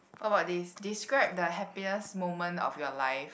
what bout this describe the happiest moment of your life